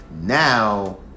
now